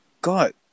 God